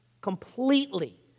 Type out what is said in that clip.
completely